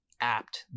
apt